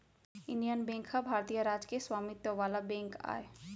Indian bank ह भारतीय राज के स्वामित्व वाला बेंक आय